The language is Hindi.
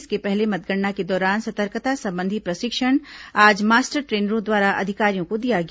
इसके पहले मतगणना के दौरान सतर्कता संबंधी प्रशिक्षण आज मास्टर ट्रेनरों द्वारा अधिकारियों को दिया गया